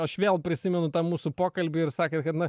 aš vėl prisimenu tą mūsų pokalbį ir sakėt kad na